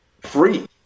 free